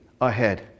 ahead